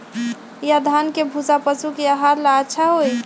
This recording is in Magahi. या धान के भूसा पशु के आहार ला अच्छा होई?